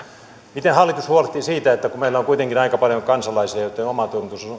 miten hallitus huolehtii siitä kun meillä on kuitenkin aika paljon kansalaisia joitten